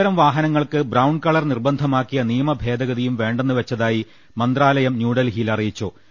ഇത്തരം വാഹനങ്ങൾക്ക് brown colour നിർബന്ധമാക്കിയ നിയമഭേദഗതിയും വേണ്ടെന്നുവെച്ചതായി മന്ത്രാ ലയം ന്യൂഡൽഹിയിൽ അറിയിച്ചു